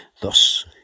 Thus